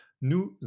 nous